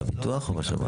בביטוח או בשב"ן?